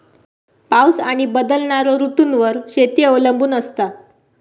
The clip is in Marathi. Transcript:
पाऊस आणि बदलणारो ऋतूंवर शेती अवलंबून असता